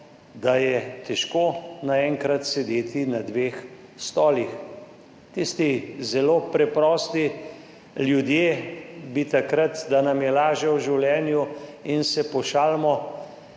da je težko naenkrat sedeti na dveh stolih. Tisti zelo preprosti ljudje bi takrat, da nam je lažje v življenju in se pošalimo,